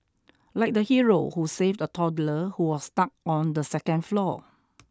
like the hero who saved a toddler who was stuck on the second floor